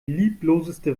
liebloseste